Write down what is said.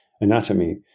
anatomy